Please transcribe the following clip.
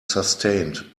sustained